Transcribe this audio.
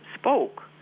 spoke